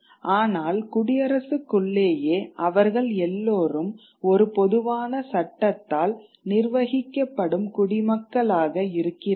ஆனால் குடியரசுக்குள்ளேயே அவர்கள் எல்லோரும் ஒரு பொதுவான சட்டத்தால் நிர்வகிக்கப்படும் குடிமக்களாக இருக்கிறார்கள்